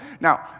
Now